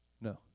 No